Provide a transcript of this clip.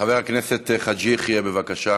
חבר הכנסת חאג' יחיא, בבקשה.